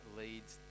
leads